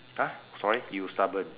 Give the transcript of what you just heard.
!huh! sorry you stubborn